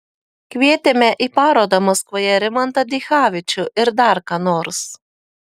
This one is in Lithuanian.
kvietėme į parodą maskvoje rimantą dichavičių ir dar ką nors